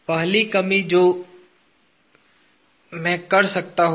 पहली कमी जो मैं कर सकता हूं